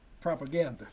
propaganda